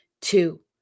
Two